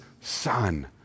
son